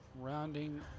rounding